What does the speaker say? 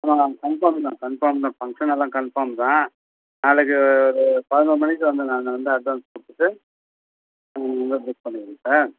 ஆமாங்க கன்ஃபார்ம் தான் கன்ஃபார்ம் தான் ஃபங்க்ஷன் எல்லாம் கன்ஃபார்ம் தான் நாளைக்கு ஒரு பதினொரு மணிக்கு வந்து நான் அங்கே வந்து அட்வான்ஸ் கொடுத்துட்டு நாங்கள் வந்து புக் பண்ணிடுறோம் சார்